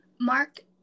Mark